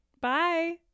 Bye